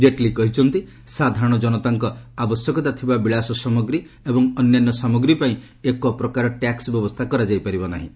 ଜେଟଲୀ କହିଛନ୍ତି ସାଧାରଣ ଜନତାଙ୍କ ଆବଶ୍ୟକତା ଥିବା ବିଳାଶ ସାମଗ୍ରୀ ଏବଂ ଅନ୍ୟାନ୍ୟ ସାମଗ୍ରୀ ପାଇଁ ଏକ ପ୍ରକାର ଟ୍ୟାକ୍କ ବ୍ୟବସ୍ଥା କରାଯାଇ ପାରିବ ନାହିଁ